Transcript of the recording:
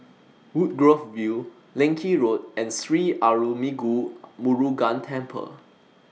Woodgrove View Leng Kee Road and Sri Arulmigu Murugan Temple